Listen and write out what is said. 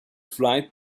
flight